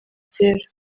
cyera